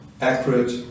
accurate